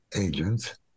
agents